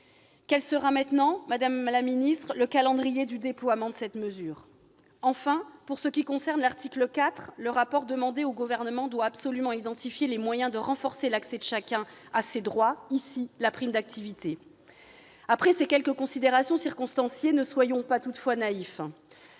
quel sera, à présent, le calendrier du déploiement de cette mesure ? Enfin, pour ce qui concerne l'article 4, le rapport demandé au Gouvernement doit absolument identifier les moyens de renforcer l'accès de chacun à ses droits, en l'occurrence à la prime d'activité. Après ces quelques considérations circonstanciées, ne soyons pas toutefois naïfs.